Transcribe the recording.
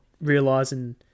realizing